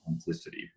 authenticity